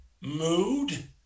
mood